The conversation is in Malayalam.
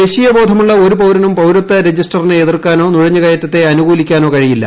ദേശീയ വബോധമുള്ള ഒരു പൌരനും പൌരത്വ രജിസ്റ്ററിനെ എതിർക്കാനോ ് നുഴഞ്ഞു കയറ്റത്തെ അനുകൂലിക്കാനോ കഴിയില്ല